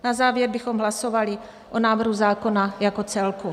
Na závěr bychom hlasovali o návrhu zákona jako celku.